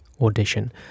audition